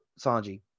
Sanji